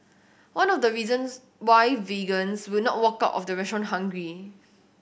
one of the reasons why vegans will not walk out of the restaurant hungry